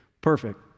perfect